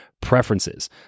preferences